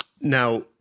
now